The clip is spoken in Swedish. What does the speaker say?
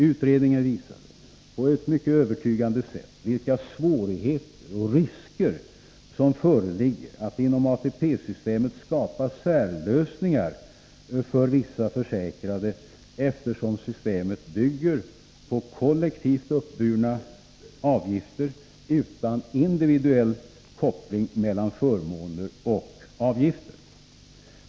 Utredningen visade på ett mycket övertygande sätt vilka svårigheter och risker som föreligger att inom ATP-systemet skapa särlösningar för vissa försäkrade, eftersom systemet bygger på kollektivt uppburna avgifter utan individuell koppling mellan förmåner och avgifter.